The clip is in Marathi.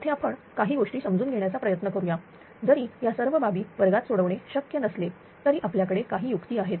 येथे आपण काही गोष्टी समजून घेण्याचा प्रयत्न करूया जरी या सर्व बाबी वर्गात सोडवणे शक्य नसले तरी आपल्याकडे काही युक्ती आहेत